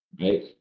right